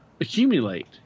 accumulate